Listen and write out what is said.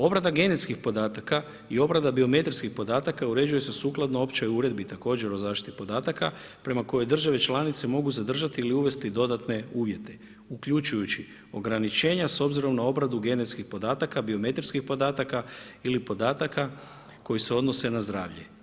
Obrada genetskih podataka i obrada biometrijskih podataka, uređuju se sukladno općoj uredbi, također o zaštiti podataka, prema kojoj države članice mogu zadržati ili uvesti dodatne uvjete, uključujući ograničenja, s obzirom na obranu genetskih podataka, biometrijskih podataka ili podataka koji se odnose na zdravlje.